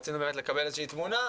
רצינו לקבל איזושהי תמונה.